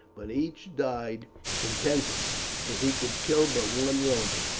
but each died contented if he could kill but one roman.